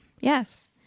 Yes